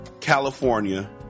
California